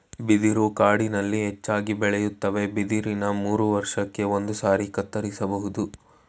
ಬಿದಿರು ಕಾಡಿನಲ್ಲಿ ಹೆಚ್ಚಾಗಿ ಬೆಳೆಯುತ್ವೆ ಬಿದಿರನ್ನ ಮೂರುವರ್ಷಕ್ಕೆ ಒಂದ್ಸಾರಿ ಕತ್ತರಿಸ್ಬೋದು